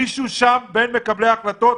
איפה המתווה?